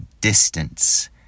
Distance